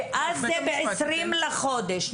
ואז זה ב-20 בחודש.